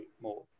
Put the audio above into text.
more